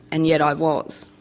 and yet i was.